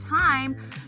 time